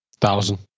Thousand